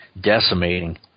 decimating